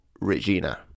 Regina